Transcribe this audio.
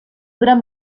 gran